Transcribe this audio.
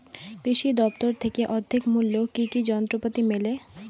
কৃষি দফতর থেকে অর্ধেক মূল্য কি কি যন্ত্রপাতি মেলে?